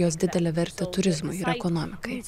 jos didelę vertę turizmui ir ekonomikai